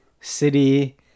city